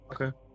okay